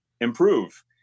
improve